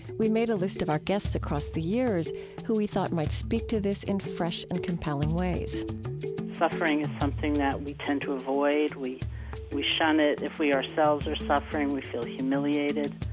we made a list of our guests across the years who we thought might speak to this in fresh and compelling ways suffering is something that we tend to avoid, we we shun it. if we ourselves are suffering, we feel humiliated.